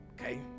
Okay